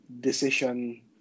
decision